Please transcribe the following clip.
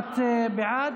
את בעד?